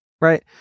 right